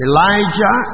Elijah